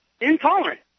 intolerant